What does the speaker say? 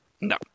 No